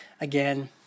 Again